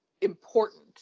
important